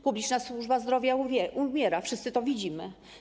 Publiczna służba zdrowia umiera, wszyscy to widzimy.